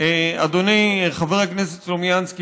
אדוני חבר הכנסת סלומינסקי,